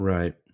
Right